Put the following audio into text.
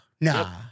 nah